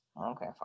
Okay